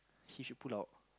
she should pull out